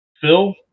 Phil